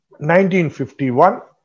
1951